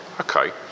Okay